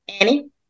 Annie